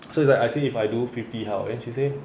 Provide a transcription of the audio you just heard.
so it's like I say if I do fifty then she say